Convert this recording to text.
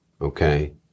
Okay